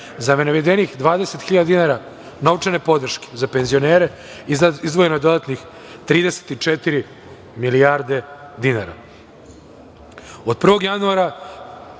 navedenih 20.000 dinara novčane podrške za penzionere izdvojeno je dodatnih 34 milijarde dinara.